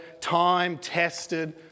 time-tested